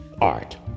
Art